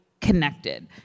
connected